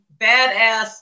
badass